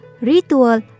ritual